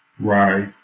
right